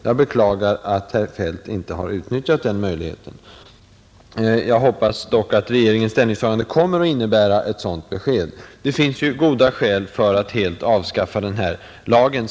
Jag beklagar att statsrådet Feldt inte har utnyttjat den möjligheten. Jag hoppas dock att regeringens ställningstagande kommer att innebära ett sådant besked. Det finns goda skäl att helt avskaffa lagen.